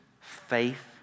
faith